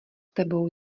tebou